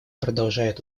продолжают